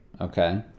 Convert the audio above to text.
Okay